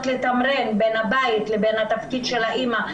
לתמרן בין הבית לבין התפקיד של האימא,